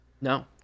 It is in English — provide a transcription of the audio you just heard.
no